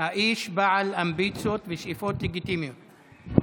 האיש בעל אמביציות ושאיפות לגיטימיות.